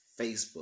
Facebook